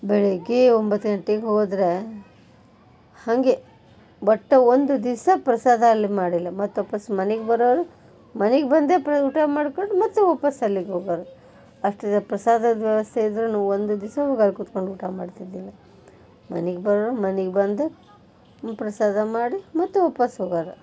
ಬೆಳಗ್ಗೆ ಒಂಬತ್ತು ಗಂಟೆಗ್ ಹೋದರೆ ಹಾಗೆ ಒಟ್ಟು ಒಂದು ದಿಸ ಪ್ರಸಾದ ಅಲ್ಲಿ ಮಾಡಿಲ್ಲ ಮತ್ತು ವಾಪಾಸ್ ಮನೆಗ್ ಬರೋರು ಮನೆಗ್ ಬಂದೇ ಪ್ರ ಊಟ ಮಾಡ್ಕೊಂಡು ಮತ್ತು ವಾಪಾಸ್ ಅಲ್ಲಿಗೆ ಹೋಗೋರು ಅಲ್ಲಿ ಪ್ರಸಾದದ ವ್ಯವಸ್ಥೆ ಇದ್ರೂ ಒಂದು ದಿವಸ ಹೋಗ್ ಅಲ್ಲಿ ಕುತ್ಕೊಂಡು ಊಟ ಮಾಡ್ತಿದ್ದಿಲ್ಲ ಮನೆಗ್ ಬರೋರು ಮನೆಗ್ ಬಂದು ಪ್ರಸಾದ ಮಾಡಿ ಮತ್ತು ವಾಪಸ್ ಹೋಗೋರು